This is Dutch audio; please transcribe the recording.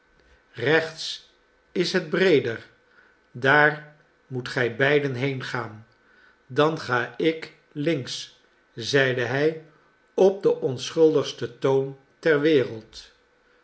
rechts is het breeder daar moet gij beiden heengaan dan ga ik links zeide hij op den onschuldigsten toon ter wereld